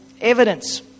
evidence